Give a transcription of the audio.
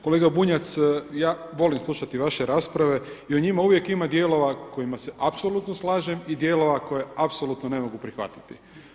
Kolega Bunjac, ja volim slušati vaše rasprave i u njima uvijek ima dijelova kojima se apsolutno slažem i dijelova koje apsolutno ne mogu prihvatiti.